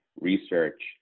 research